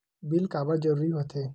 Bill काबर जरूरी होथे?